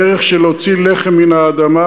הערך של להוציא לחם מן האדמה,